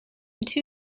two